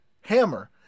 hammer